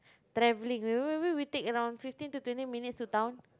travelling remember we take around fifteen to twenty minutes to town